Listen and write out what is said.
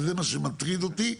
וזה מה שמטריד אותי.